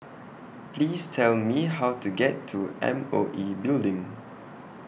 Please Tell Me How to get to M O E Building